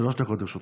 שלוש דקות לרשותך.